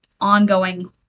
ongoing